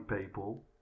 people